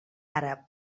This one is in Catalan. àrab